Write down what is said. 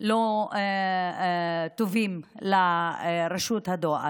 לא טובים לרשות הדואר.